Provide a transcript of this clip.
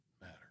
matter